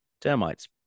termites